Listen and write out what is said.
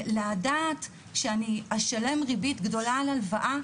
לדעת שאני אשלם ריבית גדולה על הלוואה,